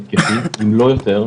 אם לא יותר,